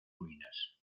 ruinas